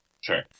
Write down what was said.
Sure